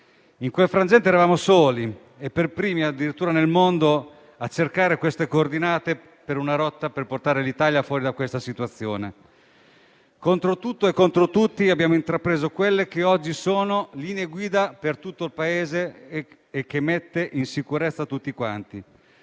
In quel frangente eravamo soli e primi, addirittura nel mondo, a cercare le coordinate di una rotta per portare l'Italia fuori da quella situazione. Contro tutto e contro tutti abbiamo intrapreso quelle che oggi sono linee guida per tutto il Paese, che mettono in sicurezza tutti quanti: